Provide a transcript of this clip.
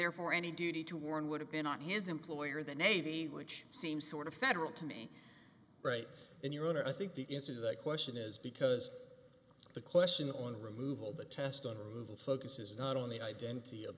therefore any duty to warn would have been on his employer the navy which seems sort of federal to me right in your honor i think the answer to that question is because the question on removal the test on the focuses not on the identity of